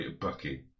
Bucky